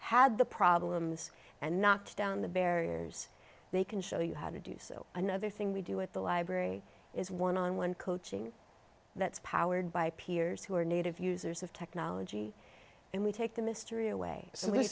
had the problems and knocked down the barriers they can show you how to do so another thing we do at the library is one on one coaching that's powered by peers who are native users of technology and we take the mystery away so